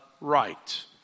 Right